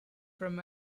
from